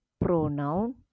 pronoun